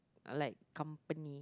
like company